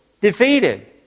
defeated